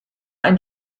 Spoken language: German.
ein